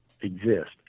exist